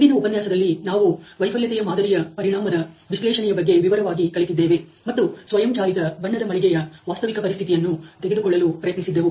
ಹಿಂದಿನ ಉಪನ್ಯಾಸದಲ್ಲಿ ನಾವು ವೈಫಲ್ಯತೆಯ ಮಾದರಿಯ ಪರಿಣಾಮದ ವಿಶ್ಲೇಷಣೆಯ ಬಗ್ಗೆ ವಿವರವಾಗಿ ಕಲಿತಿದ್ದೇವೆ ಮತ್ತು ಸ್ವಯಂಚಾಲಿತ ಬಣ್ಣದ ಮಳಿಗೆಯ ವಾಸ್ತವಿಕ ಪರಿಸ್ಥಿತಿಯನ್ನು ತೆಗೆದುಕೊಳ್ಳಲು ಪ್ರಯತ್ನಿಸಿದ್ದೆವು